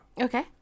Okay